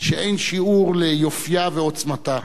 שאין שיעור ליופיה ועוצמתה,